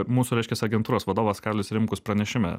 mūsų reiškias agentūros vadovas karolis rimkus pranešime